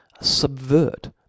subvert